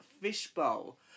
Fishbowl